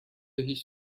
هیچ